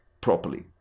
properly